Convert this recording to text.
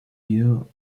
gear